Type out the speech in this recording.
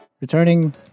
returning